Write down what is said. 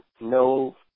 No